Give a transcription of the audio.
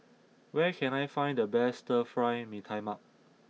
where can I find the best Stir Fry Mee Tai Mak